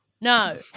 no